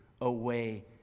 away